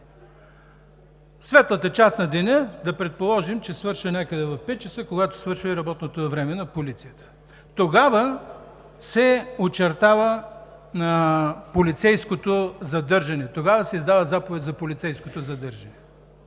светлата част на деня. Да предположим, че светлата част завършва в 17,00 ч., когато завършва и работното време на полицията. Тогава се очертава полицейското задържане, тогава се издава заповед за полицейското задържане.